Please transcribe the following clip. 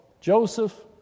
Joseph